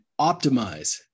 optimize